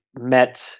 met